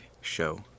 show